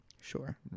Sure